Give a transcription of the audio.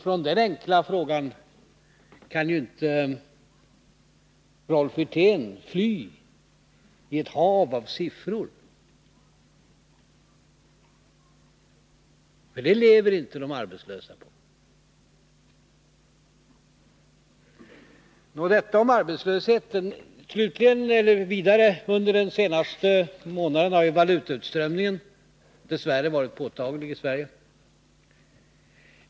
Från dessa enkla frågor kan ju Rolf Wirtén inte fly i ett hav av siffror. Det lever inte de arbetslösa på. Under den senaste månaden har valutautströmningen ur Sverige dess värre varit påtaglig.